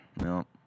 no